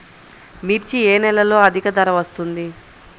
మిర్చి ఏ నెలలో అధిక ధర వస్తుంది?